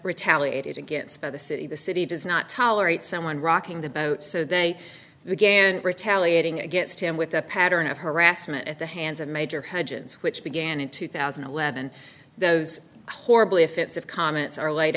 retaliated against by the city the city does not tolerate someone rocking the boat so they began retaliating against him with a pattern of harassment at the hands of major hudgins which began in two thousand and eleven those horribly offensive comments are laid